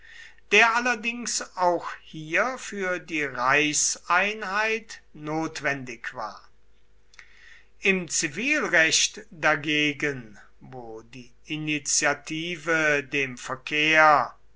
der allerdings auch hier für die reichseinheit notwendig war im zivilrecht dagegen wo die initiative dem verkehr